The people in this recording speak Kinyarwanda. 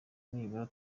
nibura